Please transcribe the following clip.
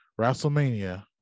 WrestleMania